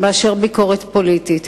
מאשר ביקורת פוליטית,